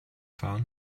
fahren